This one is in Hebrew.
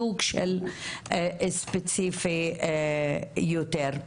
סוג ספציפי יותר.